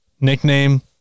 nickname